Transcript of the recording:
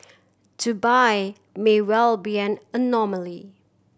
Dubai may well be an anomaly